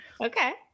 okay